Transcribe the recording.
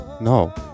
No